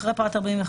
(5) אחרי פרט (45)